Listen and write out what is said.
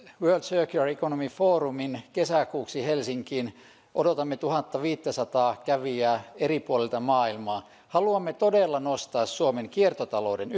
circular economy forumin kesäkuuksi helsinkiin odotamme tuhattaviittäsataa kävijää eri puolilta maailmaa haluamme todella nostaa suomen kiertotalouden